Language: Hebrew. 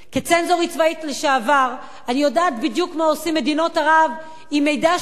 כצנזורית צבאית לשעבר אני יודעת בדיוק מה עושים במדינות ערב עם מידע שהם